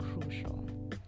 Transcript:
crucial